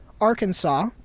Arkansas